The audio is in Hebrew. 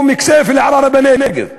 או מכסייפה לערערה בנגב,